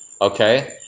okay